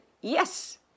yes